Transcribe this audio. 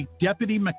Deputy